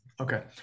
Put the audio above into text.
Okay